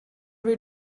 way